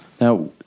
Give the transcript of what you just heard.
Now